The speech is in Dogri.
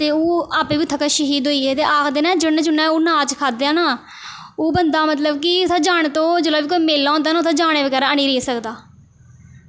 ते ओह् आपें बी उत्थै गै श्हीद होई गे ते आखदे न ओह् जिन्ने जिन्ने बी ओह् अनाज खाद्धे दा न ओह् बंदा मतलब कि उत्थें जाने तूं जेल्लै मेला होंदा ना ओह् उत्थें जाने बगैरा हैनी रेही सकदा